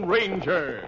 Ranger